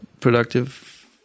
productive